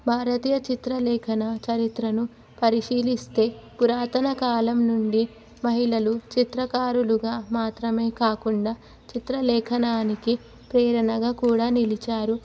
భారతీయ చిత్రలేఖన చరిత్రను పరిశీలిస్తే పురాతన కాలం నుండి మహిళలు చిత్రకారులుగా మాత్రమే కాకుండా చిత్రలేఖనానికి ప్రేరణగా కూడా నిలిచారు